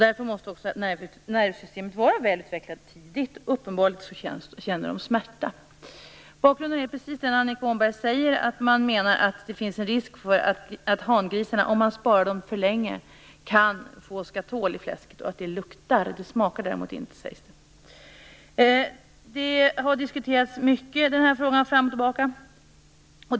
Därför måste också nervsystemet tidigt vara väl utvecklat, och uppenbarligen känner de smärta. Bakgrunden är, precis som Annika Åhnberg säger, att man menar att det finns risk för att hangrisar får skatol i fläsket om man sparar dem för länge, och det luktar. Det smakar däremot ingenting, sägs det. Den här frågan har diskuterats fram och tillbaka.